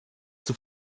zur